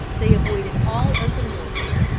they avoided all open warfare,